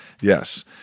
Yes